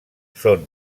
són